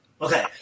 Okay